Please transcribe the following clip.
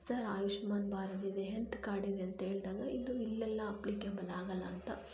sir Ayushman Bharat ಇದೆ health ಕಾರ್ಡಿದೆ ಅಂತ ಹೇಳಿದಾಗ ಇದು ಇಲ್ಲೆಲ್ಲ ಅಪ್ಲಿಕೇಬಲ್ ಆಗಲ್ಲ ಅಂತ